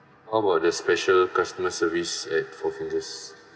how about the special customer service at four fingers